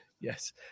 Yes